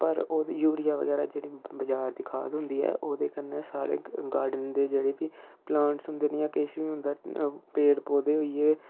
पर ओह्दी यूरिया बगैरा जेह्ड़ी बजार दी खाद होंदी ऐ ओह्दे कन्नै साढ़े गार्डन दे जेह्ड़े बी प्लांट्स होंदे न जां किश बी होंदा ऐ पेड़ पौधे होई गे